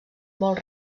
molt